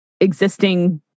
existing